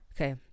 okay